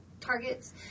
targets